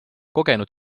kogenud